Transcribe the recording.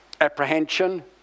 apprehension